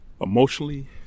Emotionally